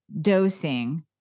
dosing